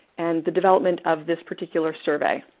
and the development of this particular survey.